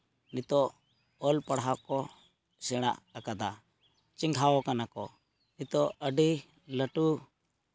ᱱᱤᱛᱚᱜ ᱚᱞ ᱯᱟᱲᱦᱟᱜ ᱠᱚ ᱥᱮᱬᱟ ᱟᱠᱟᱫᱟ ᱪᱮᱸᱜᱷᱟᱣᱟᱠᱟᱱᱟᱠᱚ ᱱᱤᱛᱚᱜ ᱟᱹᱰᱤ ᱞᱟᱹᱴᱩ